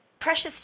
precious